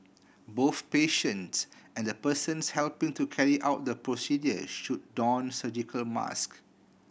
both patients and the persons helping to carry out the procedure should don surgical mask